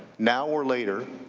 now or later,